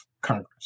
Congress